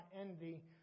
envy